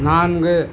நான்கு